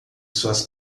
suas